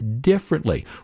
differently